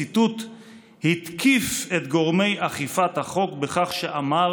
ציטוט: התקיף את גורמי אכיפת החוק בכך שאמר